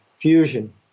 fusion